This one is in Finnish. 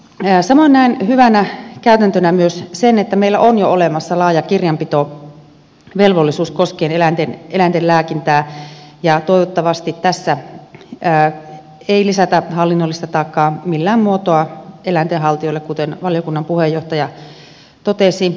mutta samoin näen hyvänä käytäntönä myös sen että meillä on jo olemassa laaja kirjanpitovelvollisuus koskien eläinten lääkintää ja toivottavasti tässä ei lisätä hallinnollista taakkaa millään muotoa eläinten haltijoille kuten valiokunnan puheenjohtaja totesi